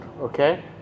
okay